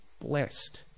blessed